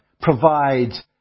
provides